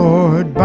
Lord